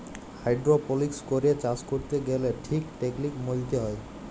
hydroponics করে চাষ ক্যরতে গ্যালে ঠিক টেকলিক মলতে হ্যয়